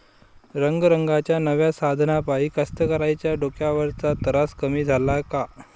रंगारंगाच्या नव्या साधनाइपाई कास्तकाराइच्या डोक्यावरचा तरास कमी झाला का?